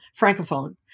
francophone